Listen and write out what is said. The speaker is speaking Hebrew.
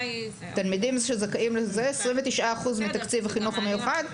תלמידים שזכאים, 29% מתקציב החינוך המיוחד.